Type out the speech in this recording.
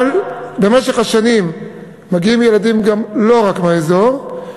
אבל במשך השנים מגיעים אליו ילדים גם לא רק מהאזור,